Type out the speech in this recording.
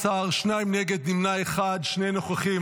16, שניים נגד, נמנע אחד, שני נוכחים.